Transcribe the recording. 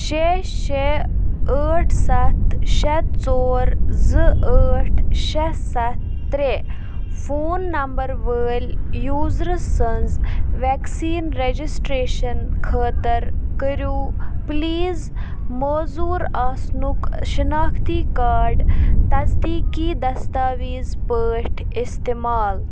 شےٚ شےٚ ٲٹھ سَتھ شےٚ ژور زٕ ٲٹھ شےٚ سَتھ ترٛےٚ فون نمبر وٲلۍ یوٗزر سٕنٛز وٮ۪کسیٖن رَجِسٹرٛیشن خٲطرٕ کٔرِو پٕلیٖز موزوٗر آسنُک شناختی کارڈ تصدیٖقی دستاویز پٲٹھۍ اِستعمال